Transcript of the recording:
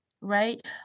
right